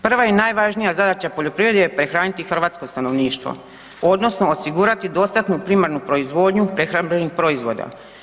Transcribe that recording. Prva i najvažnija zadaća poljoprivredni je prehraniti hrvatsko stanovništvo odnosno osigurati dostatnu primarnu proizvodnju prehrambenih proizvoda.